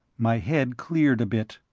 my head cleared a bit.